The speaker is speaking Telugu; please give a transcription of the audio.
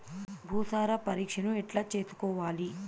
భూసార పరీక్షను ఎట్లా చేసుకోవాలి?